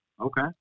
Okay